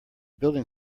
building